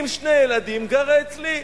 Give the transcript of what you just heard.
היא עם שני ילדים גרה אצלי.